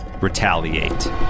retaliate